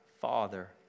father